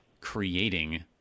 creating